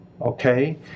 okay